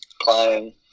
playing